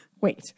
Wait